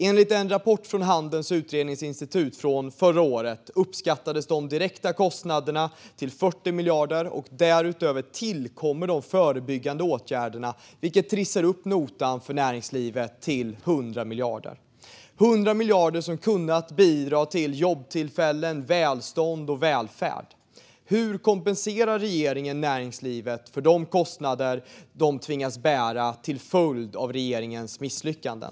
Enligt en rapport från Handelns utredningsinstitut från förra året uppskattades de direkta kostnaderna till 40 miljarder. Till detta kommer de förebyggande åtgärderna, vilket trissar upp notan för näringslivet till 100 miljarder. Det är 100 miljarder som kunnat bidra till jobbtillfällen, välstånd och välfärd. Hur kompenserar regeringen näringslivet för de kostnader man tvingas bära till följd av regeringens misslyckanden?